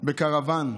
היום בקרוון,